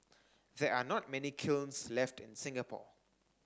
there are not many kilns left in Singapore